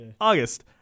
august